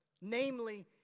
Namely